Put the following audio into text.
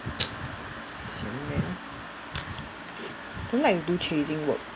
sian leh don't like to do chasing work